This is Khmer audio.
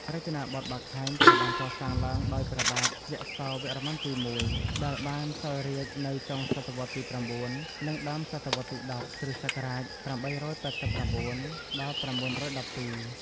រចនាបថបាខែង ត្រូវបានក៏សាងឡើងដោយព្រះបាទយសោវ្ម័នទី១ ដែលបានសោយរាជ្យនៅចុងសតវត្សទី៩ និងដើមសតវត្សទី១០ (គ.ស. ៨៨៩-៩១២)។